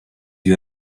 you